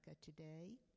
today